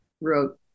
wrote